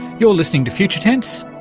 you're listening to future tense,